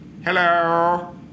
Hello